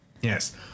Yes